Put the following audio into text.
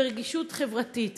רגישות חברתית.